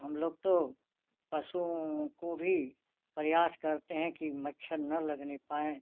हम लोग तो पशुओं को भी प्रयास करते हैं कि मच्छर न लगने पाएँ